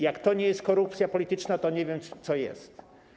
Jak to nie jest korupcja polityczna, to nie wiem, co nią jest.